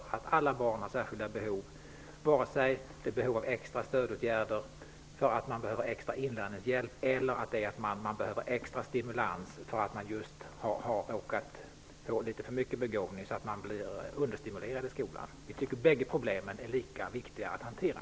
Alla barn har särskilda behov, vare sig det är behov av extra stödåtgärder därför att de behöver extra inlärningshjälp eller de behöver extra stimulans därför att de råkat få litet för mycket begåvning så att de blir understimulerade i skolan. Vi tycker att bägge problemen är lika viktiga att hantera.